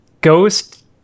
Ghost